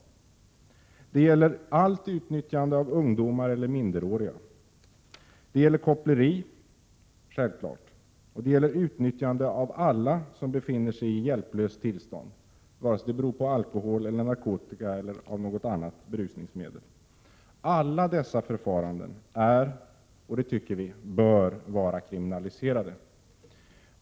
Det gäller allt utnyttjande av ungdomar och minderåriga. Det gäller självfallet koppleri, och det gäller utnyttjande av alla som befinner sig i berusat tillstånd vare sig det beror på alkohol, narkotika eller något annat berusningsmedel. Alla dessa förfaranden är och bör vara kriminaliserade.